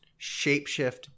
shapeshift